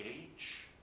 age